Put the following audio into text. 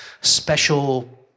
special